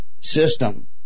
system